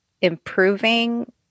improving